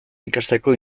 ikasteko